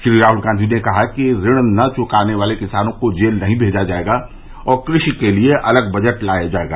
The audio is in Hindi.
श्री राहुल गांधी ने कहा कि ऋण नहीं चुकाने वाले किसानों को जेल नहीं भेजा जाएगा और कृषि के लिए अलग बजट लाया जाएगा